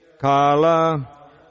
Kala